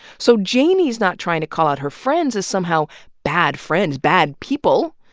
so janey's not trying to call out her friends as somehow bad friends, bad people,